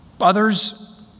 Others